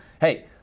Hey